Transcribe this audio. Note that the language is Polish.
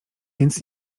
więc